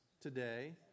today